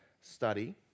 study